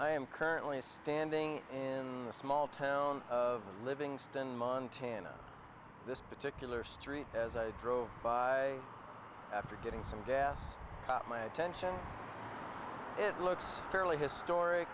i am currently standing in the small town of livingston montana this particular street as i drove by after getting some gas caught my attention it looked fairly historic